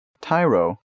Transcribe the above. Tyro